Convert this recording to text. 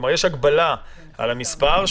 כלומר יש הגבלה על המספר,